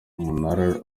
munara